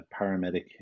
paramedic